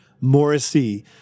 Morrissey